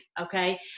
okay